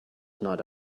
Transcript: tonight